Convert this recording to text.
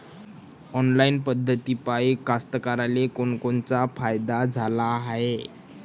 Online पद्धतीपायी कास्तकाराइले कोनकोनचा फायदा झाला हाये?